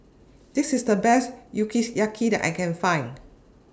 This IS The Best that I Can Find